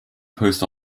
post